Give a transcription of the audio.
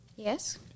Yes